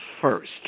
first